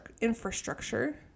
infrastructure